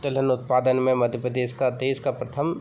तिलहन उत्पादन में मध्य प्रदेश का देश का प्रथम